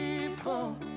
people